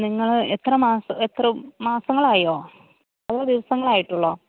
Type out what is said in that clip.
നിങ്ങൾ എത്ര മാസം എത്ര മാസങ്ങളായോ അതോ ദിവസങ്ങളായിട്ടുള്ളോ